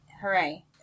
Hooray